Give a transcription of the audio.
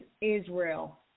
Israel